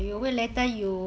okay